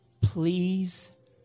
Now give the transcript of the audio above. Please